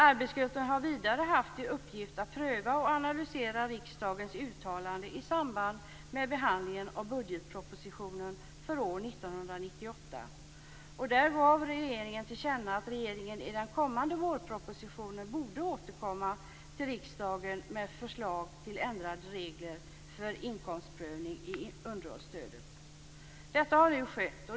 Arbetsgruppen har vidare haft i uppgift att pröva och analysera riksdagens uttalande i samband med behandlingen av budgetpropositionen för år 1998. Man gav regeringen till känna att regeringen i den kommande vårpropositionen borde återkomma till riksdagen med förslag till ändrade regler för inkomstprövning i systemet för underhållsstöd. Detta har nu skett.